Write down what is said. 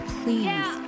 please